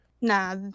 Nah